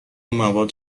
مواد